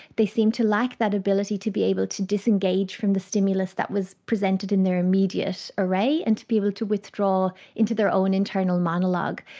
they seemed to lack that ability to be able to disengage from the stimulus that was presented in their immediate array and to be able to withdraw into their own internal monologue.